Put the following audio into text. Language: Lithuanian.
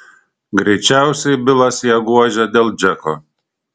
greičiausiai bilas ją guodžia dėl džeko